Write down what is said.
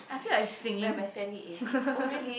I feel like singing